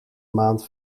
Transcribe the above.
maand